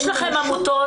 יש לכם עמותות.